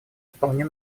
вполне